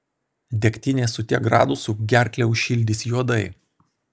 degtinė su tiek gradusų gerklę užšildys juodai